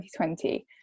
2020